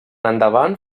endavant